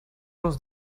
los